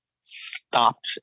stopped